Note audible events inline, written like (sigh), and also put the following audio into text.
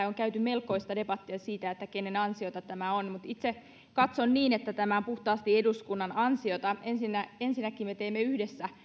(unintelligible) on käyty melkoista debattia siitä kenen ansiota tämä on mutta itse katson niin että tämä on puhtaasti eduskunnan ansiota ensinnäkin me teemme yhdessä